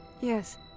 Yes